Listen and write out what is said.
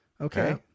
Okay